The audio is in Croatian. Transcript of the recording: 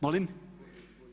Molim?